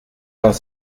vingt